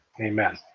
amen